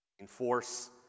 enforce